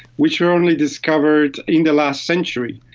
which were only discovered in the last century.